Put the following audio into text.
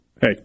hey